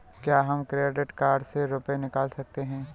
क्या हम credit card से रुपये निकाल सकते हैं?